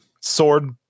sword